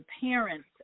parents